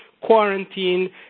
quarantine